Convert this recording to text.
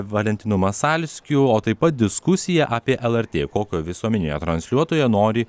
valentinu masalskiu o taip pat diskusija apie lrt kokio visuomeninio transliuotojo nori